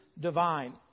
divine